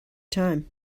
time